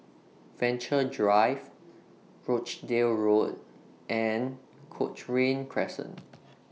Venture Drive Rochdale Road and Cochrane Crescent